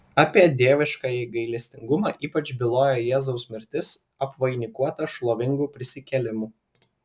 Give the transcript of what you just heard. apie dieviškąjį gailestingumą ypač byloja jėzaus mirtis apvainikuota šlovingu prisikėlimu